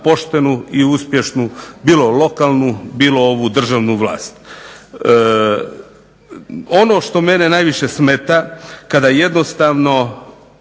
poštenu i uspješnu bilo lokalnu bilo ovu državnu vlast. Ono što mene najviše smeta kada jednostavno